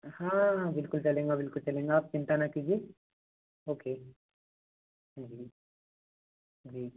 हाँ बिल्कुल चलेगा बिल्कुल चलेगा आप चिंता ना कीजिए ओके हाँ जी जी